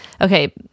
okay